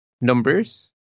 numbers